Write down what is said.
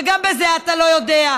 וגם בזה אתה לא יודע,